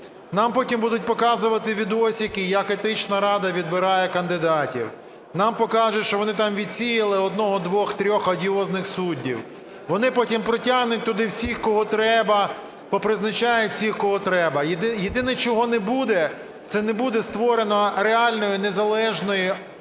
Нам потім будуть показувати "відосики", як Етична рада відбирає кандидатів. Нам покажуть, що вони там відсіяли одного, двох, трьох одіозних суддів. Вони потім протягнуть туди всіх, кого треба, попризначають всіх, кого треба. Єдине, чого не буде, це не буде створено реальної, незалежної,